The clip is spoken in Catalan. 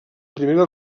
primera